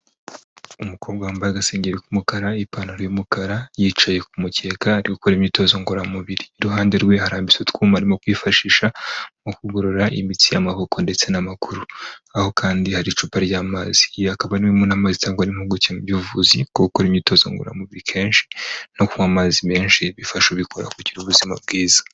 Umukobwa wambaye agasengeri k'umukara, ipantaro y'umukara, yicaye ku mukeka ari gukora imyitozo ngororamubiri, iruhande rwe harambitse utwuma arimo kwifashisha mu kugorora imitsi y'amaboko ndetse n'amaguru, aho kandi hari icupa ry'amazi, iyi akaba ariyo n'amazi cyangwa n'impuguke mu by'ubuvuzi ko gukora imyitozo ngororamubiri kenshi no ku mazi menshi bifasha ubikora kugira ubuzima bwiza.